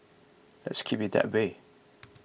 let's keep it that way